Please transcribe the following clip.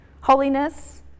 Holiness